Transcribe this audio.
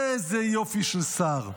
איזה יופי של שר.